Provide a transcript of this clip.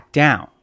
down